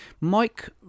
Mike